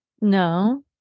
No